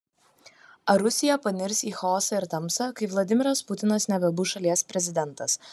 ar rusija panirs į chaosą ir tamsą kai vladimiras putinas nebebus šalies prezidentas